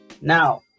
Now